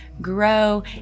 grow